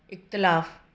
इख़्तिलाफ़ु